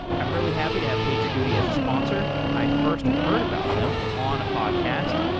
i'm really happy to have pagerduty as a sponsor. i first heard about them on a podcast,